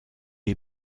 est